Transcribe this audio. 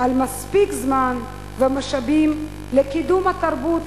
על מספיק זמן ומשאבים לקידום התרבות,